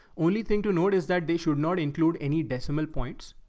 only thing to note is that they should not include any decimals points.